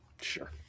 Sure